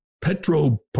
Petro